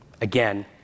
again